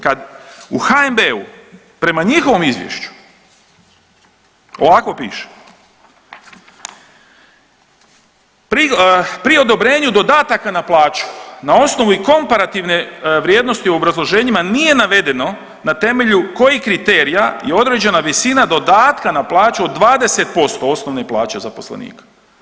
Kad u HNB-u prema njihovom izvješću ovako piše: „Pri odobrenju dodataka na plaću, na osnovu i komparativne vrijednosti u obrazloženjima nije navedeno na temelju kojih kriterija je određena visina dodatka na plaću od 20% osnovne plaće zaposlenika.